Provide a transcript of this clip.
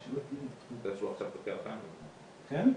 כל פעם שולפים רב אחר, יוליה,